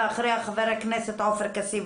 ואחריה חבר הכנסת עופר כסיף.